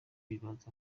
bibaza